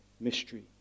mystery